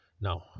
Now